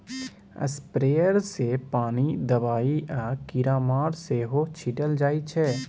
sprayer सँ पानि, दबाइ आ कीरामार सेहो छीटल जाइ छै